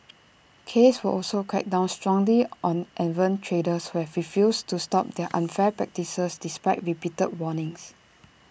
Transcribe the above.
case will also crack down strongly on errant traders who have refused to stop their unfair practices despite repeated warnings